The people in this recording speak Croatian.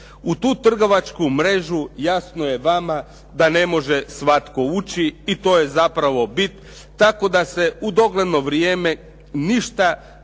U tu trgovačku mrežu jasno je vama da ne može svatko ući i to je zapravo bit, tako da se u dogledno vrijeme ništa